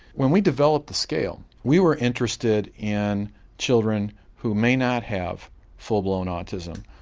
when we developed the scale we were interested in children who may not have full blown autism,